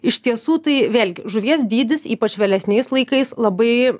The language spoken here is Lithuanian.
iš tiesų tai vėlgi žuvies dydis ypač vėlesniais laikais labai